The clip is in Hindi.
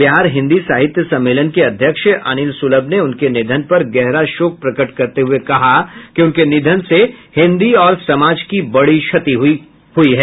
बिहार हिन्दी साहित्य सम्मेलन के अध्यक्ष अनिल सुलभ ने उनके निधन पर गहरा शोक प्रकट करते हुये कहा कि उनके निधन से हिन्दी और समाज की बड़ी क्षति पहुंची है